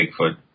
Bigfoot